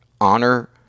honor